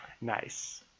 Nice